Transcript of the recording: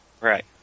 Right